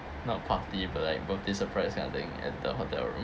not party but like birthday surprise kind of thing at the hotel room